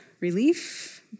relief